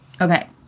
Okay